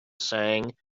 sang